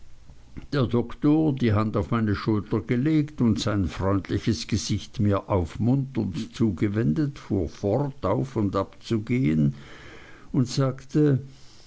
der doktor die hand auf meine schulter gelegt und sein freundliches gesicht mir aufmunternd zugewendet fuhr fort auf und ab zu gehen und sagte